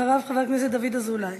אחריו, חבר הכנסת דוד אזולאי.